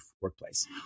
workplace